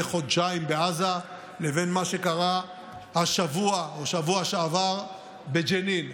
חודשיים בעזה לבין מה שקרה השבוע או בשבוע שעבר בג'נין.